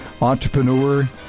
Entrepreneur